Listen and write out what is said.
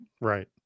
right